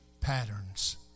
patterns